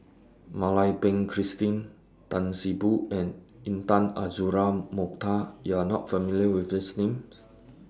Mak Lai Peng Christine Tan See Boo and Intan Azura Mokhtar YOU Are not familiar with These Names